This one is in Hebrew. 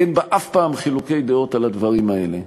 אין בה אף פעם חילוקי דעות על הדברים האלה,